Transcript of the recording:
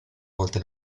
volte